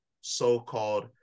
so-called